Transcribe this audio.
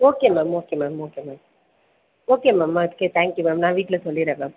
okay ma'am okay ma'am okay ma'am okay ma'am okay thank you ma'am நான் வீட்டில் சொல்லிடுறேன் ma'am